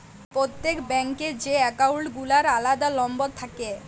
প্রত্যেক ব্যাঙ্ক এ যে একাউল্ট গুলার আলাদা লম্বর থাক্যে